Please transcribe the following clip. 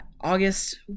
August